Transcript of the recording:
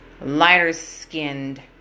lighter-skinned